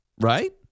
Right